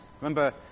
Remember